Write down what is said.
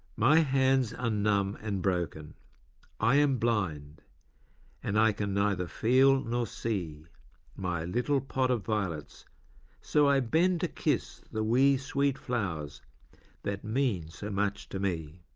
my hands are numb and broken i am blind and i can neither feel nor see my little pot of violets so i bend kiss the wee sweet flowers that mean so much to me.